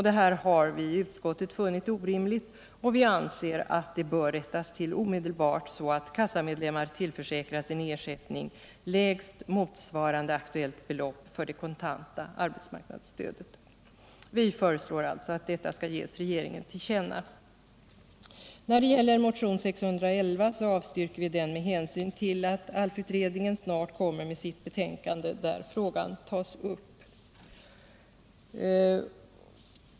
Detta har vi i utskottet funnit orimligt, och vi anser att det bör rättas till omedelbart så att kassamedlemmar tillförsäkras en ersättning lägst motsvarande aktuellt belopp för det kontanta arbetsmarknadsstödet. Vi föreslår alltså att detta skall ges regeringen till känna. När det gäller motionen 611 avstyrker vi den med hänsyn till att ALF utredningen snart kommer med sitt betänkande där frågan tas upp.